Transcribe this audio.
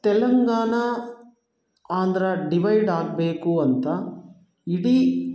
Telangana Andhra divide ಆಗಬೇಕು ಅಂತ ಇಡೀ